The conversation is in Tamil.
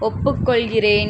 ஒப்புக்கொள்கிறேன்